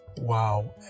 Wow